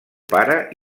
pare